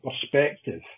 perspective